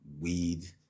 weed